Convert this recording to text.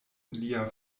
lia